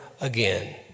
again